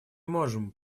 можем